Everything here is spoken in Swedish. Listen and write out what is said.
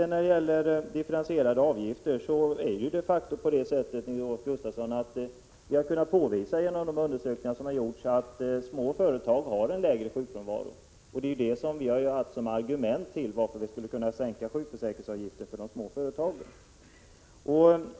När det gäller frågan om differentierade avgifter så har vi genom de undersökningar som gjorts kunnat påvisa att små företag har en lägre sjukfrånvaro än stora företag. Det är det vi har använt som argument för att man skulle kunna sänka sjukförsäkringsavgiften för de små företagen.